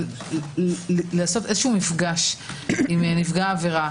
של לעשות מפגש עם נפגע העבירה